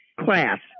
Class